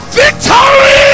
victory